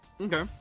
Okay